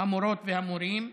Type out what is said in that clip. המורות והמורים.